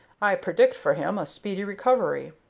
i predict for him a speedy recovery.